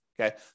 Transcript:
Okay